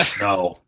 No